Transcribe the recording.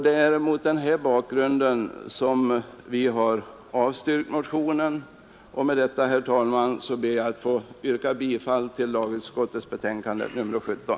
Det är mot den bakgrunden som vi har avstyrkt motionen 929. Med detta, herr talman, ber jag att få yrka bifall till lagutskottets hemställan i dess betänkande nr 17.